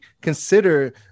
consider